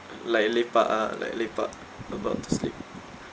like lepak ah like lepak about to sleep